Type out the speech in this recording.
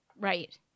Right